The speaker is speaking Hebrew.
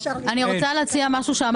שם